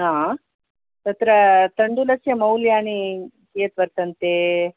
तत्र तण्डुलस्य मौल्यानि कियत् वर्तन्ते